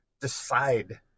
decide